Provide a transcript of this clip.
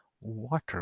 water